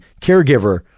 caregiver